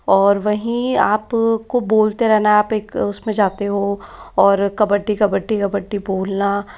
और वहीं आप को बोलते रहना है आप एक उसमें जाते हो और कबड्डी कबड्डी कबड्डी बोलना